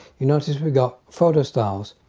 you notice we've got photo styles.